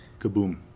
kaboom